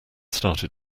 started